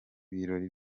birori